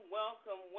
welcome